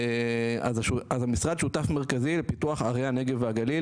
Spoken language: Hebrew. אז המשרד שותף מרכזי לפיתוח ערי הנגב והגליל,